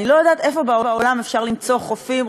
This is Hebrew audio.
אני לא יודעת איפה בעולם אפשר למצוא חופים,